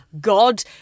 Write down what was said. god